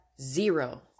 zero